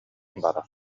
барар